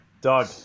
Doug